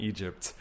Egypt